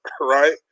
right